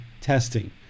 testing